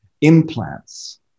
implants